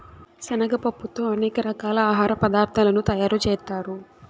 శనగ పప్పుతో అనేక రకాల ఆహార పదార్థాలను తయారు చేత్తారు